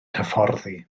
hyfforddi